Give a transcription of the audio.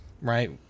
right